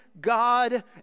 God